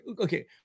Okay